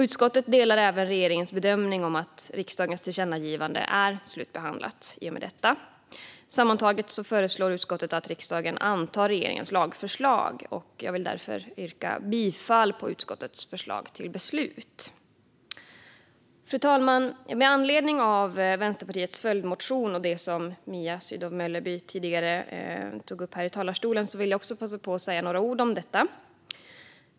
Utskottet delar även regeringens bedömning att riksdagens tillkännagivande är slutbehandlat i och med detta. Sammantaget föreslår utskottet att riksdagen antar regeringens lagförslag. Jag vill därför yrka bifall till utskottets förslag till beslut. Fru talman! Med anledning av Vänsterpartiets följdmotion och det som Mia Sydow Mölleby tidigare tog upp här i talarstolen vill jag passa på att säga några ord om detta.